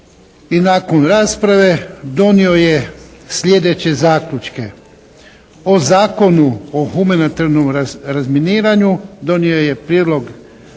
i nakon rasprave donio je sljedeće zaključke. O Zakonu o humanitarnom razminiranju donio je prijedlog